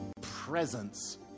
presence